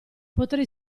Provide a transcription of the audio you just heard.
potrei